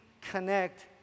connect